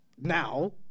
Now